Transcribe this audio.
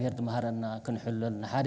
we had them out i'm not going to learn how